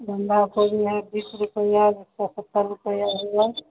बन्धा कोबी है बीस रुपया पचहत्तर रुपया हुआ